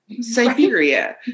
Siberia